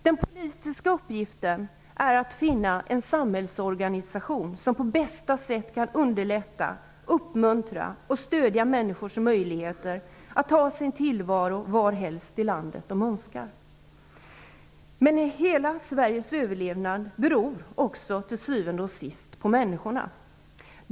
Den politiska uppgiften är att finna en samhällsorganisation som på bästa sätt kan underlätta, uppmuntra och stödja människors möjligheter att ha sin tillvaro var helst de önskar i landet. Men hela Sveriges överlevnad beror också till syvende och sist på människorna.